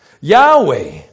Yahweh